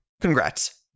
congrats